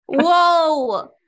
whoa